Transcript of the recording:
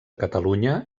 catalunya